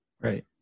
Right